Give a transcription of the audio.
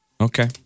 Okay